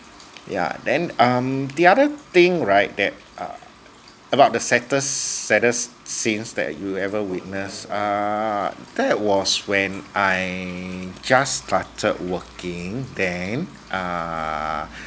yeah then um the other thing right that uh about the saddest saddest scenes that you ever witness err that was when I just started working then ah